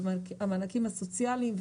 המענקים הסוציאליים,